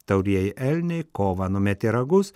taurieji elniai kovą numetė ragus